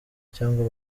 cyangwa